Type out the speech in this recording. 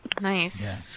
Nice